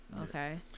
okay